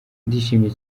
ndishimye